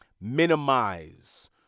minimize